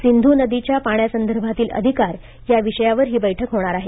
सिंधू नदीच्या पाण्यासंदर्भातील अधिकार या विषयावर ही बैठक होणार आहे